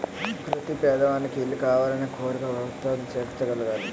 ప్రతి పేదవానికి ఇల్లు కావాలనే కోరికను ప్రభుత్వాలు తీర్చగలగాలి